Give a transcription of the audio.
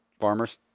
Farmers